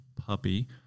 puppy